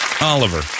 Oliver